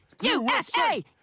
USA